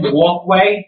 walkway